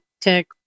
tech